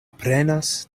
prenas